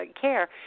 care